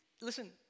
Listen